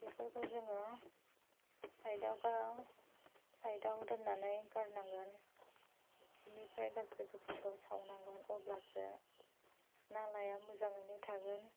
बेफोरखौ जोङो साइदयाव गाव साइदयाव दोननानै गारनांगोन बेनिफ्राय गाज्रि गोफोनखौ सावनांगोन अब्लासो नालाया मोजाङैनो थागोन